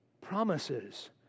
promises